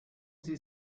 sie